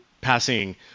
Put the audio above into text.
passing